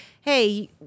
hey